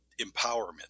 empowerment